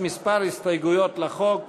מחקר ופיתוח בתעשייה